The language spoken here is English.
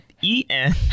E-N